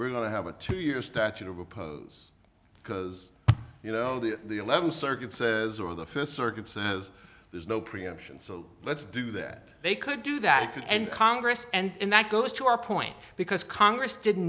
we're going to have a two year statute of oppose because you know the eleventh circuit says or the first circuit says there's no preemption so let's do that they could do that could end congress and that goes to our point because congress did